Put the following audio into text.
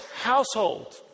household